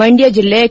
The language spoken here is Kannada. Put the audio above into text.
ಮಂಡ್ಯ ಜಿಲ್ಲೆ ಕೆ